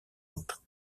autres